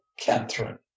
Catherine